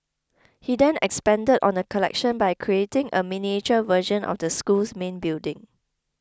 he then expanded on the collection by creating a miniature version of the school's main building